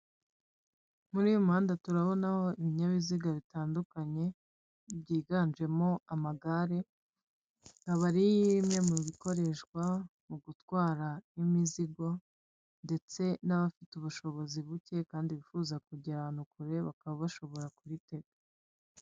Muri uyu muhanda turabonamo ibinyabiziga bitandukanye byiganjemo amagare, akaba ari bimwe mu bikoreshwa mu gutwara imizigo ndetse n'abafite ubushobozi buke kandi bifuza kujya ahantu kure bakaba bashobora kubitega.